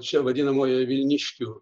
čia vadinamojoje vilniškių